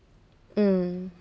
mm